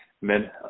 men –